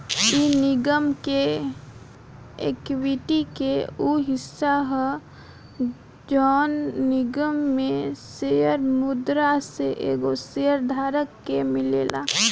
इ निगम के एक्विटी के उ हिस्सा ह जवन निगम में शेयर मुद्दा से एगो शेयर धारक के मिलेला